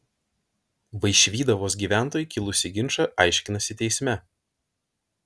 vaišvydavos gyventojai kilusį ginčą aiškinasi teisme